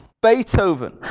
Beethoven